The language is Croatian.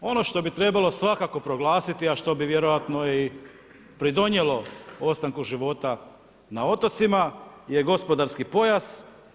Ono što bi trebalo svakako proglasiti, a što bi vjerojatno i pridonijelo ostanku života na otocima je gospodarski pojas.